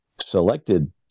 selected